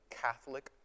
Catholic